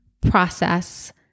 process